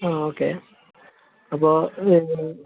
ആ ഓക്കെ അപ്പോൾ അതെങ്ങനെയാണ്